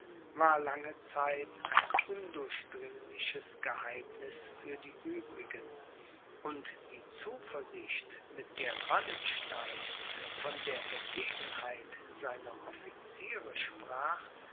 war lange zeit ein undurchdringliches geheimniß für die uebrigen und die zuversicht mit der wallenstein von der ergebenheit seiner officiere sprach